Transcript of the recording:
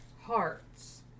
hearts